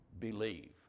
Believe